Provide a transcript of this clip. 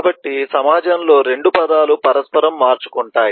కాబట్టి సమాజంలో ఈ రెండు పదాలను పరస్పరం ఉపయోగిస్తారు